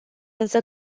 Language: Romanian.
însă